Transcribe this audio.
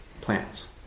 plants